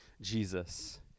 Jesus